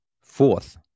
fourth